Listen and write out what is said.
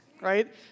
right